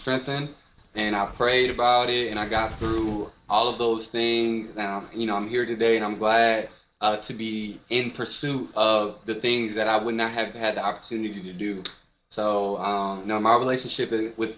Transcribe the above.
strengthen and i prayed about it and i got through all of those thing you know i'm here today and i'm glad to be in pursuit of the things that i would not have had the opportunity to do so you know my relationship with